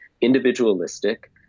individualistic